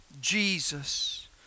Jesus